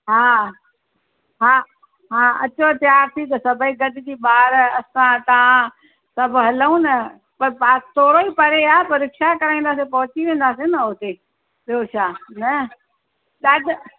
हा हा हा अचो तयार थी त सभई गॾिजी ॿार असां तव्हां सभ हलूं न त पाणि थोरो ई परे आहे पोइ रिक्शा कराईंदासीं पहुची वेंदासीं न हुते ॿियो छा न तव्हां त